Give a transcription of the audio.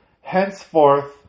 Henceforth